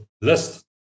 list